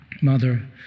mother